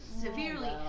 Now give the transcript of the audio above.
severely